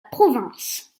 province